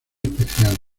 especial